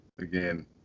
again